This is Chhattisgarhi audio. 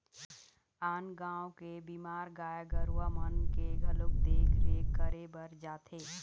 आन गाँव के बीमार गाय गरुवा मन के घलोक देख रेख करे बर जाथे